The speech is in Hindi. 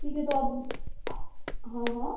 ठीक है तो आप हाँ हाँ